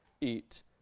eat